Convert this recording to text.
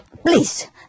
Please